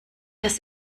das